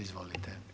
Izvolite.